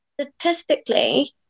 statistically